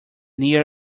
near